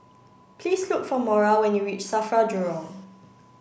please look for Maura when you reach SAFRA Jurong